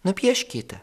nupiešk kitą